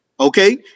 Okay